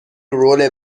رول